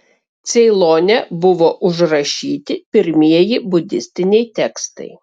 ceilone buvo užrašyti pirmieji budistiniai tekstai